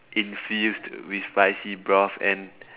infused with spicy broth and